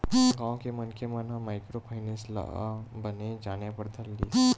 गाँव के मनखे मन ह माइक्रो फायनेंस ल बने जाने बर धर लिस